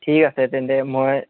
ঠিক আছে তেন্তে মই